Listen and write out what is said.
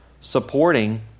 supporting